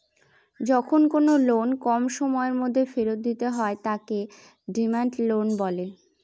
যখন কোনো লোন কম সময়ের মধ্যে ফেরত দিতে হয় তাকে ডিমান্ড লোন বলে